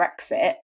Brexit